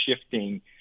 shifting